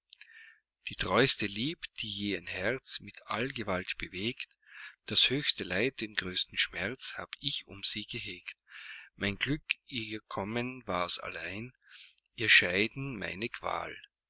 die treuste lieb die je ein herz mit allgewalt bewegt das höchste leid den größten schmerz hab ich um sie gehegt mein glück ihr kommen war's allein ihr scheiden meine qual